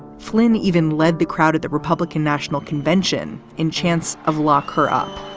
flynn even led the crowd at the republican national convention in chants of lock her up,